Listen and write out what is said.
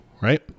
right